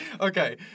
Okay